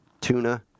Tuna